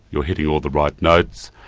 you're hitting all the right notes,